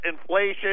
inflation